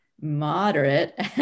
moderate